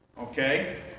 Okay